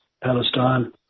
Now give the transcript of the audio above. Palestine